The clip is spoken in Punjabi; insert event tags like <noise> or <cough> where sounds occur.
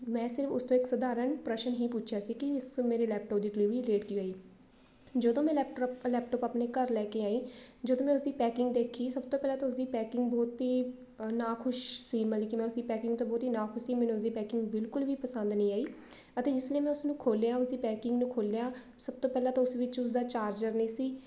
ਮੈਂ ਸਿਰਫ ਉਸ ਤੋਂ ਇੱਕ ਸਾਧਾਰਨ ਪ੍ਰਸ਼ਨ ਹੀ ਪੁੱਛਿਆ ਸੀ ਕਿ ਇਸ ਮੇਰੇ ਲੈਪਟੋਪ ਦੀ ਡਿਲੀਵਰੀ ਲੇਟ ਕਿਉਂ ਹੋਈ ਜਦੋਂ ਮੈਂ ਲੈਪਟਰੋਪ ਲੈਪਟੋਪ ਆਪਣੇ ਘਰ ਲੈ ਕੇ ਆਈ ਜਦੋਂ ਮੈਂ ਉਸਦੀ ਪੈਕਿੰਗ ਦੇਖੀ ਸਭ ਤੋਂ ਪਹਿਲਾਂ ਤਾਂ ਉਸਦੀ ਪੈਕਿੰਗ ਬਹੁਤ ਹੀ ਨਾ ਖੁਸ਼ ਸੀ ਮਤਲਬ ਕਿ ਮੈਂ ਉਸਦੀ ਪੈਕਿੰਗ ਤੋਂ ਬਹੁਤ ਹੀ ਨਾ ਖੁਸ਼ ਸੀ ਮੈਨੂੰ ਉਸਦੀ ਪੈਕਿੰਗ ਬਿਲਕੁਲ ਵੀ ਪਸੰਦ ਨਹੀਂ ਆਈ ਅਤੇ ਜਿਸ <unintelligible> ਮੈਂ ਉਸਨੂੰ ਖੋਲ੍ਹਿਆ ਉਸ ਦੀ ਪੈਕਿੰਗ ਨੂੰ ਖੋਲ੍ਹਿਆ ਸਭ ਤੋਂ ਪਹਿਲਾਂ ਤਾਂ ਉਸ ਵਿੱਚ ਉਸਦਾ ਚਾਰਜਰ ਨਹੀਂ ਸੀ